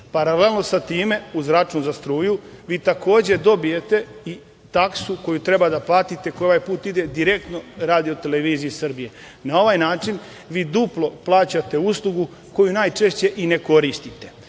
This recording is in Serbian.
Paralelno sa time, uz račun za struju, vi takođe dobijate i taksu koju treba da platite i ovaj put direktno ide RTS-u. Na ovaj način vi duplo plaćate uslugu koju najčešće i ne koristite.